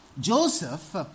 Joseph